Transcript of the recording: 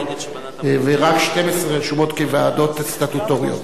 ורק 12 רשומות כוועדות סטטוטוריות.